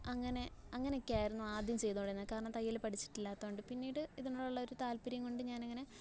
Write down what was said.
അങ്ങനെ അങ്ങനെയൊക്കെ ആയിരുന്നു ആദ്യം ചെയ്തുകൊണ്ടിരുന്നത് കാരണം തയ്യൽ പഠിച്ചിട്ടില്ലാത്തതുകൊണ്ട് പിന്നീട് ഇതിനോടുള്ളൊരു താൽപ്പര്യം കൊണ്ട് ഞാനങ്ങനെ